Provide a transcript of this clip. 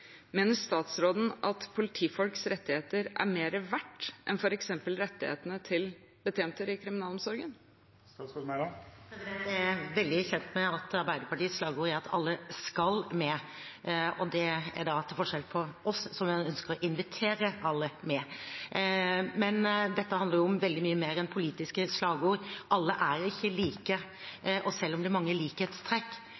Mener statsråden at politifolks rettigheter er mer verdt enn f.eks. rettighetene til betjenter i kriminalomsorgen? Jeg er veldig kjent med at Arbeiderpartiets slagord er at alle skal med. Det er til forskjell fra oss, som ønsker å invitere alle med. Dette handler om veldig mye mer enn politiske slagord. Alle er ikke like,